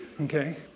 Okay